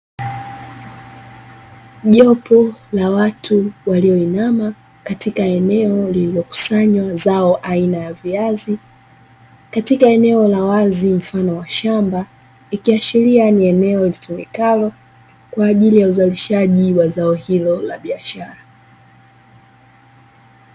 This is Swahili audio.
Jopo la watu walioinama katika eneo lililokusanywa zao aina ya viazi, katika eneo la wazi mfano wa shamba. Ikiashiria ni eneo litumikalo kwa ajili ya uzalishaji wa zao hilo la biashara.